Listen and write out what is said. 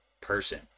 person